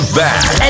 back